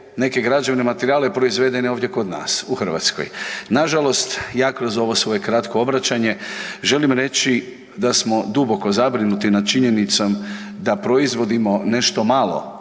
neke građevne materijale proizvedene ovdje kod nas u Hrvatskoj. Na žalost, ja kroz ove svoje kratko obraćanje želim reći da smo duboko zabrinuti nad činjenicom da proizvodimo nešto malo